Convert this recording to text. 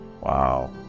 Wow